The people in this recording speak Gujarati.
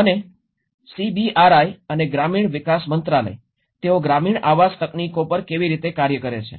અને સીબીઆરઆઈ અને ગ્રામીણ વિકાસ મંત્રાલય તેઓ ગ્રામીણ આવાસ તકનીકો પર કેવી રીતે કાર્ય કરે છે